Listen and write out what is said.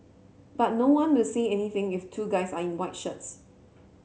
but no one will say anything if two guys are in white shirts